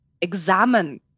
examine